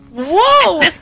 Whoa